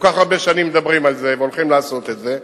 כל כך הרבה שנים מדברים על זה והולכים לעשות את זה.